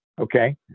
Okay